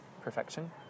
Perfection